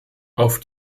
auf